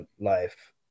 life